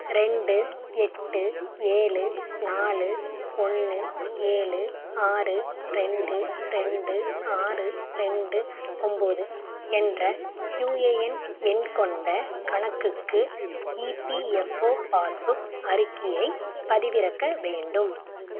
ரெண்டு எட்டு ஏலு நாலு ஒன்று ஏலு ஆறு ரெண்டு ரெண்டு ஆறு ரெண்டு ஒன்போது என்ற யுஏஎன் எண் கொண்ட கணக்குக்கு இபிஎஃப்ஓ பாஸ்புக் அறிக்கையை பதிவிறக்க வேண்டும்